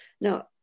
Now